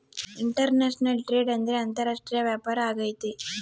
international trade ಅಂದ್ರೆ ಅಂತಾರಾಷ್ಟ್ರೀಯ ವ್ಯಾಪಾರ ಆಗೈತೆ